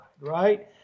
right